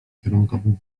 kierunkowym